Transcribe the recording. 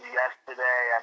yesterday